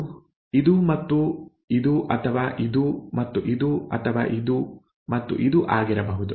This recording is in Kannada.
ಇದು ಇದು ಮತ್ತು ಇದು ಅಥವಾ ಇದು ಮತ್ತು ಇದು ಅಥವಾ ಇದು ಮತ್ತು ಇದು ಆಗಿರಬಹುದು